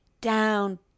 down